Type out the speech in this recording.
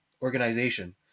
organization